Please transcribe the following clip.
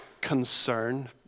concern